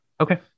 Okay